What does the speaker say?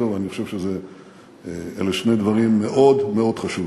אני חושב שאלה שני דברים מאוד מאוד חשובים.